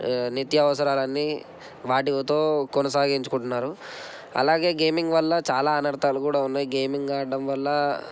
నిత్య అవసరాలు అన్నీ వాటితో కొనసాగించుకుంటున్నారు అలాగే గేమింగ్ వల్ల చాలా అనర్ధాలు కూడా ఉన్నాయి గేమింగ్ ఆడడం వల్ల